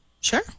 Sure